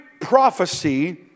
prophecy